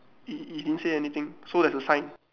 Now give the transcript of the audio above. it didn't say anything so there's a sign